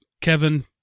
Kevin